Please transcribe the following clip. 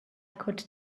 could